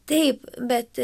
taip bet